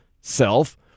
self